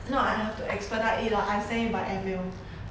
no I have to expedite it lah I sent it by airmail